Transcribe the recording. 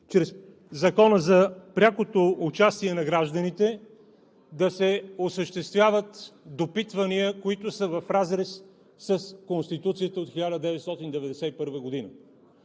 чрез Закона за прякото участие на гражданите да се осъществяват допитвания, които са в разрез с Конституцията от 1991 г.